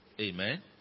amen